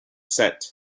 set